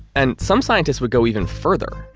and some scientists would go even further.